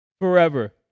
forever